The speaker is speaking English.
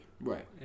Right